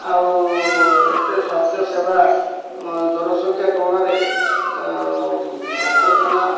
ଆଉ ଏତେ ସ୍ୱାସ୍ଥ୍ୟ ସେବା ଜନସଂଖ୍ୟା ତୁଳନାରେ ଡାକ୍ତରଖାନା